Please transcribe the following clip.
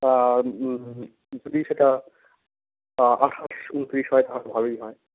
যদি সেটা আটাশ উনত্রিশ হয় তাহলে ভালোই হয়